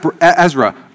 Ezra